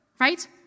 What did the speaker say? right